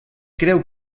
creu